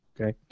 Okay